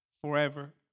forever